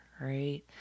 right